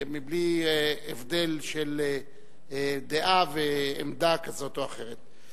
בלי הבדל של דעה ועמדה כזאת או אחרת.